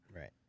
Right